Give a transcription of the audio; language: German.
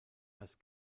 als